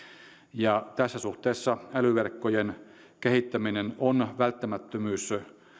ja tässä suhteessa älyverkkojen kehittäminen on välttämättömyys